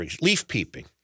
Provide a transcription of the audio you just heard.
leaf-peeping